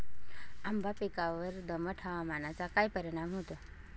आंबा पिकावर दमट हवामानाचा काय परिणाम होतो?